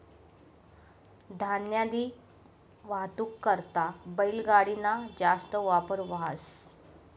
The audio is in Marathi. धान्यनी वाहतूक करता बैलगाडी ना जास्त वापर व्हस